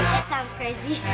that sounds crazy.